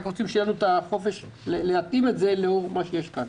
אנחנו רוצים שיהיה לנו את החופש להתאים את זה לאור מה שיש כאן.